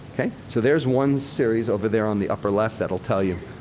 ok? so, there's one series over there on the upper-left that'll tell you,